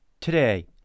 today